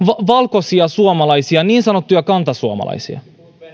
valkoisia suomalaisia niin sanottuja kantasuomalaisia